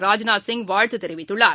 ராஜ்நாத் சிங் வாழ்த்து தெரிவித்துள்ளார்